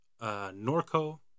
Norco